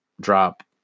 drop